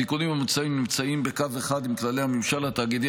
התיקונים המוצעים נמצאים בקו אחד עם כללי הממשל התאגידי